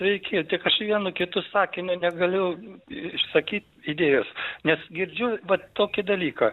sveiki tik aš vienu kitu sakiniu negaliu išsakyt idėjos nes girdžiu vat tokį dalyką